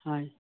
হয়